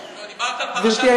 יש, גברתי היושבת-ראש?